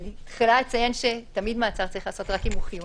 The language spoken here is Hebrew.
תחילה אני אציין שתמיד לבצע מעצר רק אם הוא חיוני,